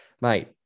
mate